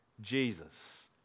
Jesus